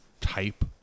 type